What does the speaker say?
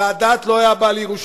סאדאת לא היה בא לירושלים.